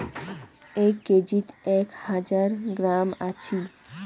এক কেজিত এক হাজার গ্রাম আছি